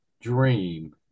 dream